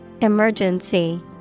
Emergency